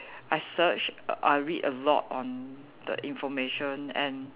I search err I read a lot on the information and